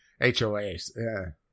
HOAs